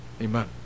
Amen